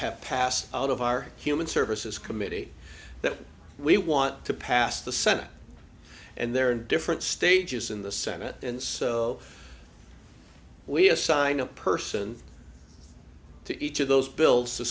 have passed out of our human services committee that we want to pass the senate and they're in different stages in the senate and so we assign a person to each of those bills to